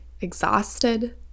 exhausted